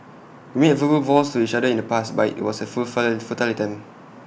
we made verbal vows to each other in the past but IT was A fulfill futile attempt